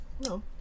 No